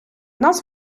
нас